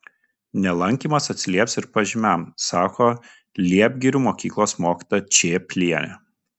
nelankymas atsilieps ir pažymiam sako liepgirių mokyklos mokytoja čėplienė